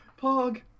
Pog